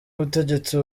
ubutegetsi